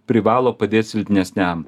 privalo padėt silpnesniam